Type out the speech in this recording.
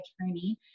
attorney